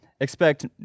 Expect